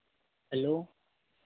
hello